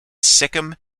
sikkim